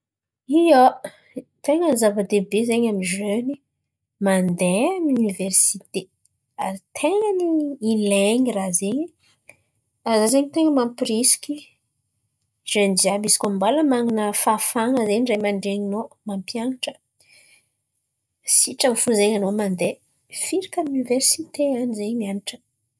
Ia, ten̈a zava-dehibe zen̈y amy zeny mandeha amin'ny oniversite. Ary ten̈a ny ilain̈y raha zen̈y. Ary za zen̈y ten̈a mampirisiky zeny jiàby izy koa mbola man̈ana fahafahan̈a zen̈y Ray aman-dreninao mampianatra sitrany fo zen̈y anao mandeha firaka amy oniversite an̈y zen̈y mianatra.